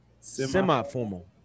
Semi-formal